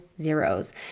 zeros